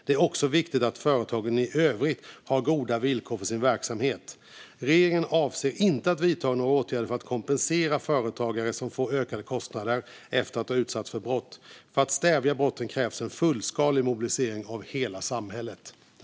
Det är också viktigt att företagen i övrigt har goda villkor för sin verksamhet. Regeringen avser inte att vidta några åtgärder för att kompensera företagare som får ökade kostnader efter att ha utsatts för brott. För att stävja brotten krävs en fullskalig mobilisering av hela samhället.